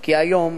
כי היום